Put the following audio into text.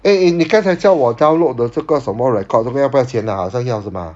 eh eh 你刚才叫我 download 的这个什么 record 是要不要钱的 ha 好像要是吗